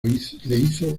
hizo